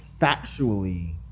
factually